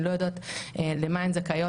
הן לא יודעות למה הן זכאיות,